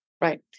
Right